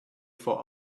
for